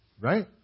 right